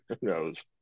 knows